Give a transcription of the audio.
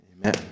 Amen